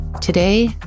Today